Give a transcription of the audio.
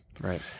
Right